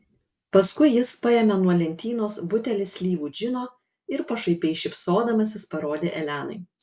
paskui jis paėmė nuo lentynos butelį slyvų džino ir pašaipiai šypsodamasis parodė elenai